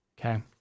Okay